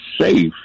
safe